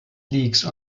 leagues